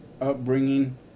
upbringing